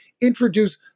introduce